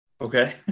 Okay